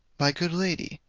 my good lady,